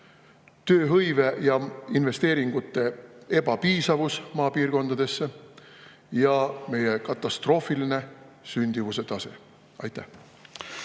tööhõive ja investeeringute ebapiisavus maapiirkondades ja meie katastroofiline sündimuse tase. Aitäh!